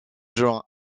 juin